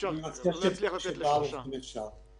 מבחינת הסכמים קיבוציים שנחתמו גם עם הסגל האקדמי הבכיר,